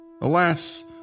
Alas